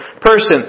person